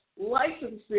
licensing